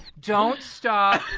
don't stop